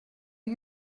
are